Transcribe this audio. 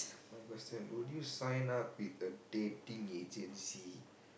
my question would you sign up with a dating agency